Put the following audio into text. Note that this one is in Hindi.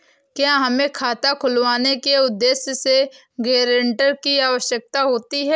क्या हमें खाता खुलवाने के उद्देश्य से गैरेंटर की आवश्यकता होती है?